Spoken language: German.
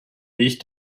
milch